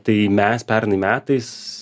tai mes pernai metais